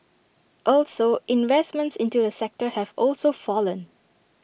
also investments into the sector have also fallen